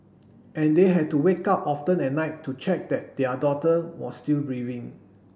and they had to wake up often at night to check that their daughter was still breathing